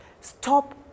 stop